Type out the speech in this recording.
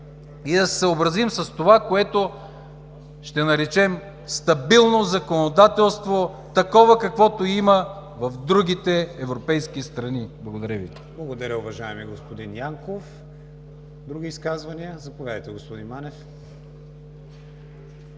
и да се съобразим с това, което ще наречем стабилно законодателство, такова, каквото има в другите европейски страни. Благодаря Ви. ПРЕДСЕДАТЕЛ КРИСТИАН ВИГЕНИН: Благодаря, уважаеми господин Янков. Други изказвания? Заповядайте, господин Манев.